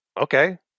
Okay